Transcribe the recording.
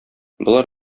болар